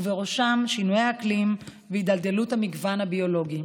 ובראשם שינויי האקלים והידלדלות המגוון הביולוגי.